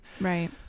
right